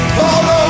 follow